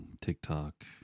TikTok